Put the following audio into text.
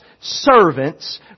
servants